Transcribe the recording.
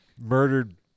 murdered